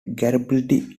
garibaldi